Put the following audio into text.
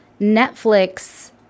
Netflix